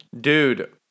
Dude